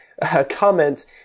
Comment